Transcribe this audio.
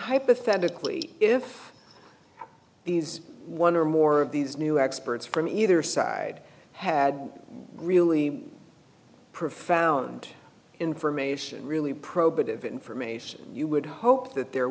hypothetically if these one or more of these new experts from either side had really profound information really probative information you would hope that there